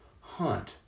Hunt